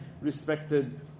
respected